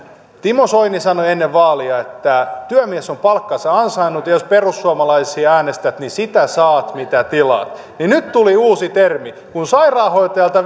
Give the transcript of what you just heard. timo soini sanoi ennen vaaleja että työmies on palkkansa ansainnut ja että jos perussuomalaisia äänestät niin sitä saat mitä tilaat ja nyt tuli uusi termi kun sairaanhoitajalta